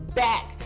back